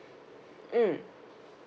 mm